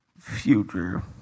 future